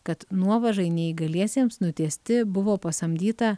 kad nuovažai neįgaliesiems nutiesti buvo pasamdyta